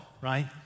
right